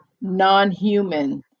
non-human